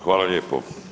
Hvala lijepo.